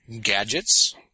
Gadgets